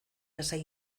lasai